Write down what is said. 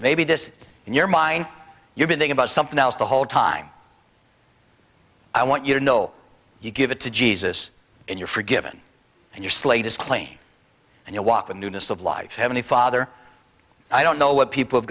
maybe this in your mind you think about something else the whole time i want you to know you give it to jesus and you're forgiven and your slate is clean and you walk in newness of life heavenly father i don't know what people have